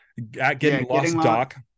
Gettinglostdoc